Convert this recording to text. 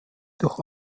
durch